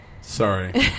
Sorry